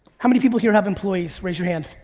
how many people here have employees? raise your hand.